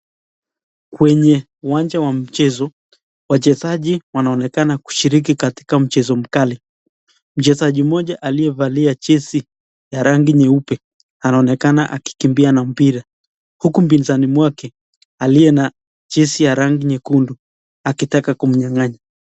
Kwenye uwanja wa mchezo wachezaji wanaonekana kushiriki katika mchezo mkali. Mchezaji mmoja aliyevalia jezi ya rangi nyeupe anaonekana akikimbia na mpira huku mpinzani mwake aliye na jezi ya rangi nyekundu akitaka kumnyang'anya.